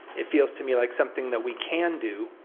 it feels to me like something that we can do,